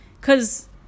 Cause